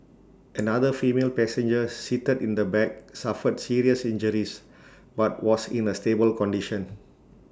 another female passenger seated in the back suffered serious injuries but was in A stable condition